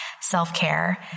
self-care